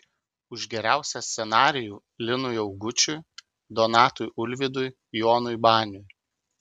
už geriausią scenarijų linui augučiui donatui ulvydui jonui baniui